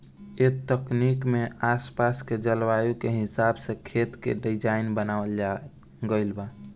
ए तकनीक में आस पास के जलवायु के हिसाब से खेत के डिज़ाइन बनावल गइल बा